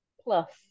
plus